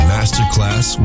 Masterclass